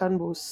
וקנבוס